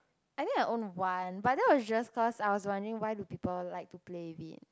I think I own one but that was just cause I was wondering why do people like to play with it